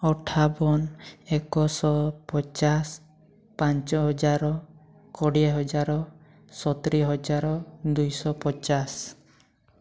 ଅଠାବନ ଏକଶହ ପଚାଶ ପାଞ୍ଚ ହଜାର କୋଡ଼ିଏ ହଜାର ସତୁରି ହଜାର ଦୁଇଶହ ପଚାଶ